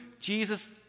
Jesus